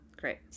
great